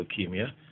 leukemia